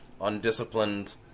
undisciplined